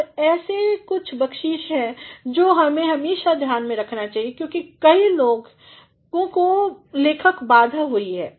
अब ऐसे कुछ बख्शीस हैं जो हमें हमेशा ध्यान में रखने चाहिए क्योंकि कई लोगों को लेखक बाधा हुई है